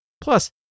Plus